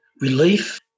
relief